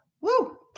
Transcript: woo